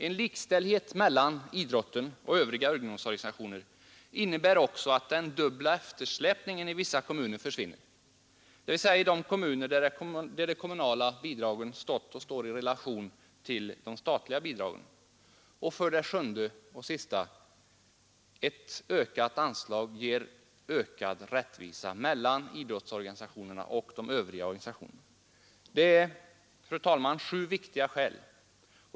En likställdhet mellan idrotten och övriga ungdomsorganisationer innebär också att den dubbla eftersläpningen i vissa kommuner försvinner, dvs. i de kommuner där de kommunala bidragen stått och står i relation till de statliga bidragen. 7. Ett ökat anslag ger ökad rättvisa mellan idrottsorganisationerna och de övriga organisationerna. Detta är, fru talman, sju viktiga skäl.